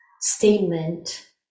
statement